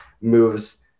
moves